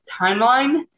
timeline